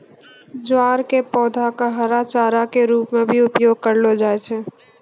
ज्वार के पौधा कॅ हरा चारा के रूप मॅ भी उपयोग करलो जाय छै